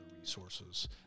resources